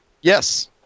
Yes